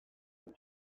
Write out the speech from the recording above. une